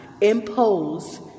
impose